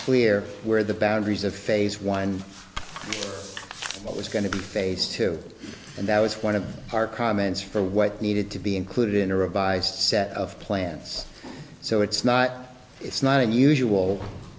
clear where the boundaries of phase one what was going to be phase two and that was one of our comments for what needed to be included in a revised set of plants so it's not it's not unusual